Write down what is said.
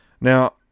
Now